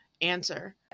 answer